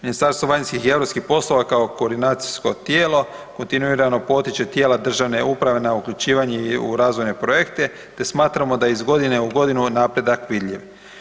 Ministarstvo vanjskih i europskih poslova kao koordinacijsko tijelo kontinuirano potiče tijela državne uprave na uključivanje i u razvojne projekte te smatramo da je iz godine u godinu napredak vidljiv.